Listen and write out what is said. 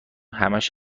همش